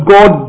God